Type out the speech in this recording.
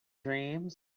dreams